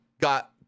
got